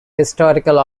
historically